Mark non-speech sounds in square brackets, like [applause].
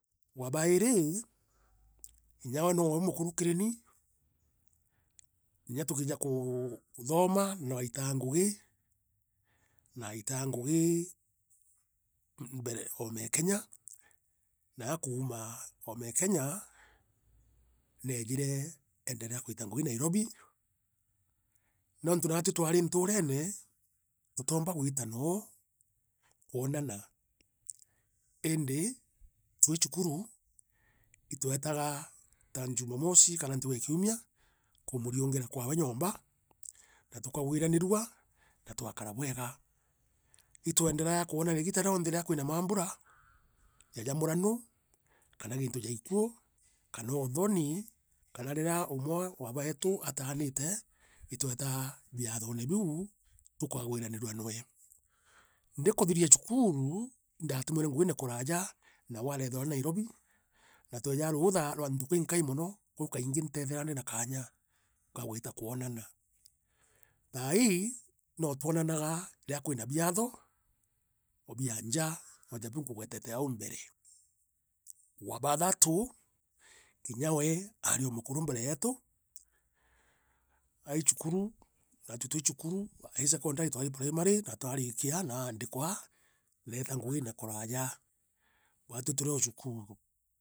wa bairi, inya we nowe mukuru kiri ni, inya tukiija kuu kuthoma, no aitaa ngugi naitaa ngugi [hesitation] mbere. oome e Kenya, na akuuma oome e Kenya neejire eendelea kuita ngugi Nairobi, nontu naatwi twaari ntureene, tutoomba gwita, noo, kwonana iindi, twi cukuru itwetaga ta jumamosi kana ntuku ya kiumia kuumuriungira kwawe nyoomba na tukagwiranirua na twaakara bweega. Itwendereaa kwonana igiita rionthe riria kwina maambura ja ja muranu, kana gintu ja ikuo, kana uthoni, kana riria umwe wa beetu ataanite, itwetaa biathone biu, tukagwiranirua noe. Ndikuthiria cukuru, indaatumirwe ngugine kuraaja nawe areethirwa ari Nairobi, na tweeja ruutha rwa ntuku inkai mono kou kaingi nteethaira ndina kaanya ka gwita kwonana. Thaa ii, notwonanaga riria kwina biatho, o bia njaa, oja biu nkugwetete au mbere. Wabathatu, kinya wee, aari umukuru mbere yeetu, ai cukuru, natwi twi cukuru, ai secondary twari primary, natwariikia, naandikwa, neeta ngugine kuraaja, baatwi turi o cukuru.